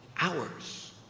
hours